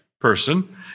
person